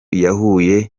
yahuye